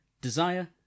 Desire